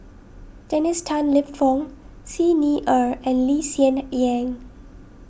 Dennis Tan Lip Fong Xi Ni Er and Lee Hsien Yang